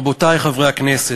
רבותי חברי הכנסת,